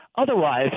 Otherwise